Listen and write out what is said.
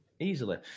Easily